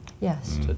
Yes